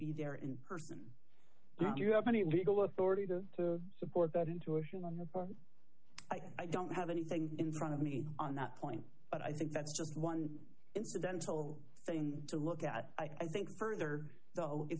be there in person do you have any legal authority to to support that intuition on your part i don't have anything in front of me on that point but i think that's one incidental thing to look at i think further